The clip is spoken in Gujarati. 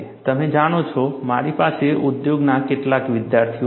તમે જાણો છો મારી પાસે ઉદ્યોગના કેટલાક વિદ્યાર્થીઓ છે